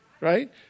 right